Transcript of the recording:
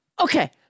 okay